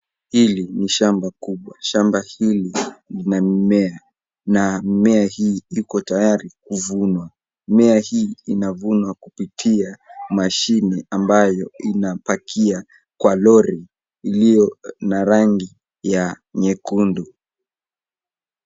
Hili ni shamba kubwa. Shamba hili lina mimea na mimea hii iko tayari kuvunwa. Mimea hii inavunwa kupitia mashine ambayo inapakia kwa lori iliyo na rangi ya nyekundu.